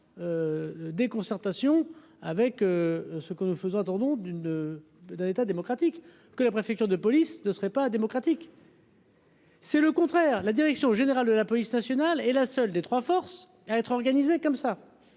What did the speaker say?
concertations avec ce que nous faisons un tendon d'une d'un état démocratique. Que la préfecture de police ne serait pas démocratique. C'est le contraire, la direction générale de la police nationale et la seule des 3 force à être organisé comme ça,